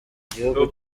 gihugu